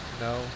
No